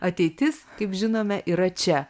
ateitis kaip žinome yra čia